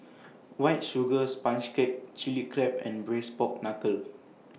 White Sugar Sponge Cake Chili Crab and Braised Pork Knuckle